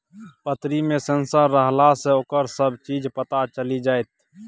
पतरी मे सेंसर रहलासँ ओकर सभ चीज पता चलि जाएत